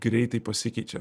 greitai pasikeičia